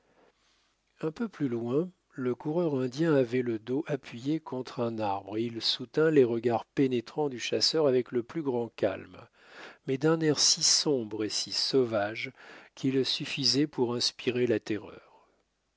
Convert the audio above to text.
un peu plus loin le coureur indien avait le dos appuyé contre un arbre et il soutint les regards pénétrants du chasseur avec le plus grand calme mais d'un air si sombre et si sauvage qu'il suffisait pour inspirer la terreur